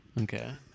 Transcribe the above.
Okay